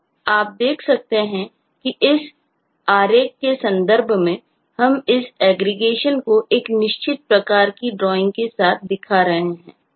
और आप देख सकते हैं कि इस आरेख के संदर्भ में हम इस एग्रीगेशन है